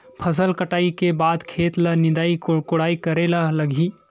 फसल कटाई के बाद खेत ल निंदाई कोडाई करेला लगही?